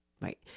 Right